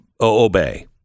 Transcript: obey